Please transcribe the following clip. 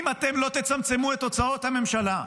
אם אתם לא תצמצמו את הוצאות הממשלה,